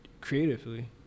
Creatively